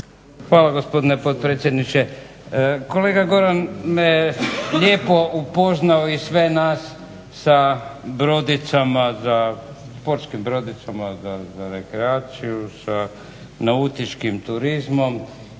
Hvala gospodine potpredsjedniče. Kolega Goran me lijepo upoznao kao i sve nas sa brodicama sa sportskim brodicama za rekreaciju sa nautičkim turizmom